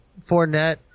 Fournette